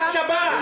רק שבת.